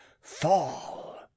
fall